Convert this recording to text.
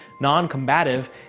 non-combative